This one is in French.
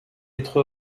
être